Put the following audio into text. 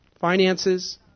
Finances